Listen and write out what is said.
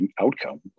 outcome